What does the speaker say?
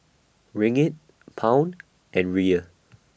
Ringgit Pound and Riel